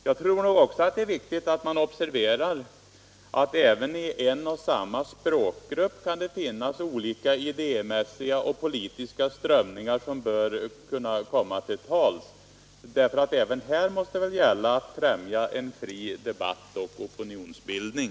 Jag tror också att det är viktigt att man observerar att det inom en och samma språkgrupp kan finnas olika idémässiga och politiska strömningar som bör få komma till tals. Även här måste det gälla att främja en fri debatt och opinionsbildning.